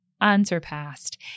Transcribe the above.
unsurpassed